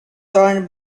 torn